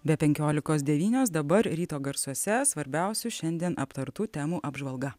be penkiolikos devynios dabar ryto garsuose svarbiausių šiandien aptartų temų apžvalga